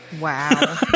Wow